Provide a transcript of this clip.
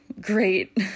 great